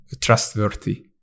trustworthy